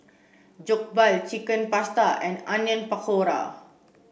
Jokbal Chicken Pasta and Onion Pakora